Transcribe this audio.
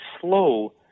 slow